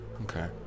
Okay